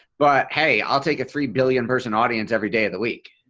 but hey i'll take a three billion person audience every day of the week.